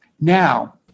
Now